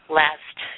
last